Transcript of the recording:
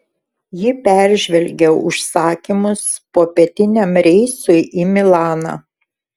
ji peržvelgė užsakymus popietiniam reisui į milaną